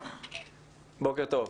בוקר טוב.